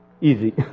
easy